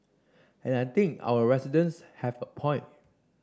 and I think our residents have a point